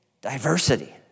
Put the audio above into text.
diversity